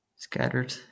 Scattered